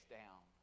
down